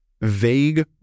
vague